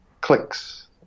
clicks